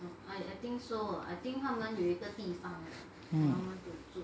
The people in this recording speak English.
mm